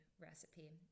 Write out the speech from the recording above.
recipe